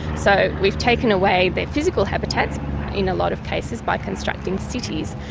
so we've taken away their physical habitats in a lot of cases by constructing cities.